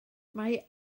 mae